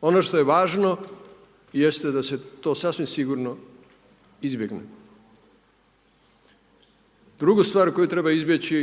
Ono što je važno jeste da se to sasvim sigurno izbjegne. Drugu stvar koju treba izbjeći